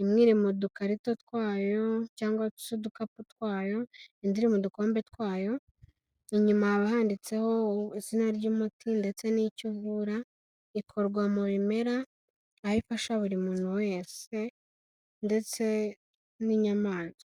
imwe iri mu dukarito twayo cyangwa se udukapu twayo, indi mu udukombe twayo, inyuma haba handitseho izina ry'umuti ndetse n'icyo uvura, ikorwa mu bimera aho ifasha buri muntu wese ndetse n'inyamaswa.